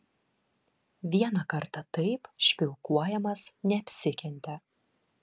vieną kartą taip špilkuojamas neapsikentė